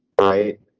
Right